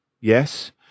yes